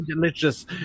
delicious